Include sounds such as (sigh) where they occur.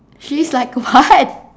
she's like a (laughs) what